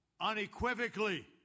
unequivocally